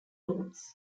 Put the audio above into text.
rooms